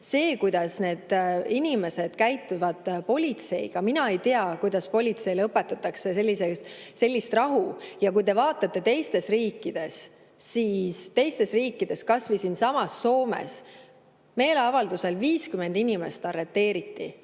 See, kuidas need inimesed käituvad politseiga – mina ei tea, kuidas politseile õpetatakse sellist rahu säilitamist. Kui te vaatate teisi riike, siis teistes riikides, kas või siinsamas Soomes meeleavaldusel 50 inimest arreteeriti.